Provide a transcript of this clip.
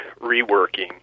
reworking